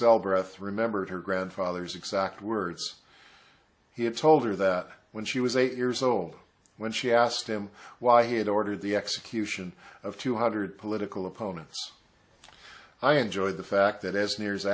sell breath remember her grandfather's exact words he had told her that when she was eight years old when she asked him why he had ordered the execution of two hundred political opponents i enjoyed the fact that as near